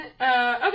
Okay